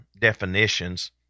definitions